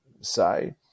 say